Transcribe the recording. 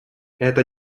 это